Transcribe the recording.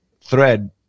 thread